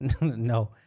No